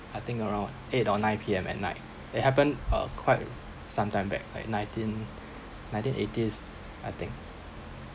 I think around eight or nine P_M at night it happened uh quite sometime back like nineteen nineteen eighties I think